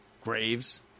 Graves